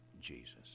Jesus